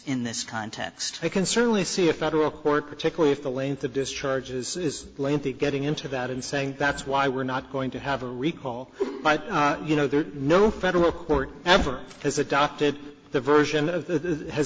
in this context we can certainly see a federal court particularly if the length of discharges is lengthy getting into that and saying that's why we're not going to have a recall but you know there's no federal court ever has adopted the version of